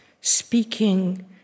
speaking